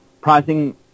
pricing